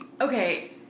Okay